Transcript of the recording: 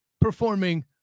performing